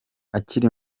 akiri